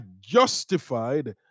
justified